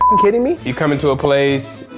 and kidding me? you come into a place,